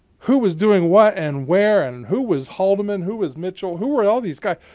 who was doing what, and where, and who was haldeman, who was mitchell, who were all these guys?